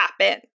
happen